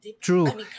True